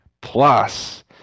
plus